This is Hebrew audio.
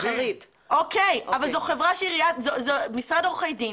--- אבל זו חברה מסחרית.